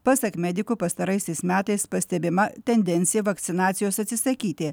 pasak medikų pastaraisiais metais pastebima tendencija vakcinacijos atsisakyti